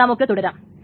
ഇനി നമുക്ക് തുടരാം